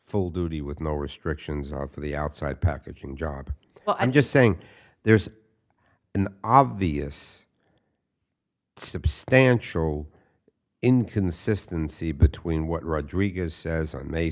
full duty with no restrictions for the outside packaging job well i'm just saying there's an obvious substantial inconsistency between what rodriguez says on may